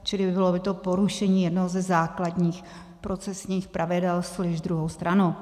Čili bylo by to porušení jednoho ze základních procesních pravidel slyš druhou stranu.